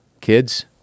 kids